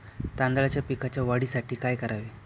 तांदळाच्या पिकाच्या वाढीसाठी काय करावे?